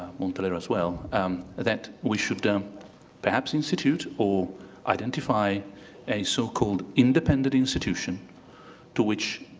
mantelero as well um that we should um perhaps institute or identify a so-called independent institution to which